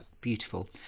Beautiful